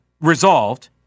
resolved